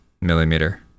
millimeter